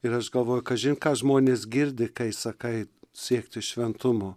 ir aš galvoju kažin ką žmonės girdi kai sakai siekti šventumo